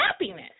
happiness